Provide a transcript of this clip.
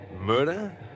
Murder